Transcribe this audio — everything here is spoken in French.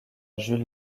jules